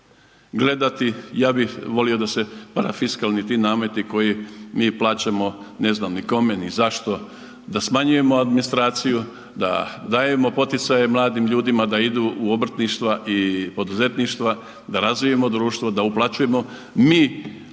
gledati, ja bi volio da se parafiskalni ti nameti koji mi plaćamo ne znam ni kome ni zašto, da smanjujemo administraciju, da dajemo poticaje mladim ljudima da idu u obrtništva i poduzetništva, da razvijamo društvo, da uplaćujemo mi